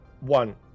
one